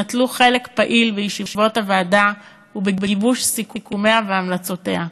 שנטלו חלק פעיל בישיבות הוועדה ובגיבוש סיכומיה והמלצותיה,